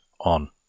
on